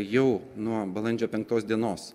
jau nuo balandžio penktos dienos